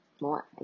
more